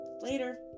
Later